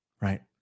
Right